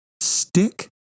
stick